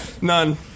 None